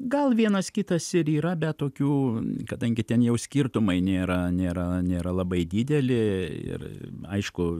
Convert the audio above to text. gal vienas kitas ir yra bet tokių kadangi ten jau skirtumai nėra nėra nėra labai dideli ir aišku